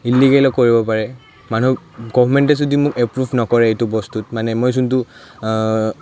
ইল্লিগেলো কৰিব পাৰে মানুহ গভমেণ্টে যদি মোক এপ্ৰুভ নকৰে এইটো বস্তুত মানে মই যোনটো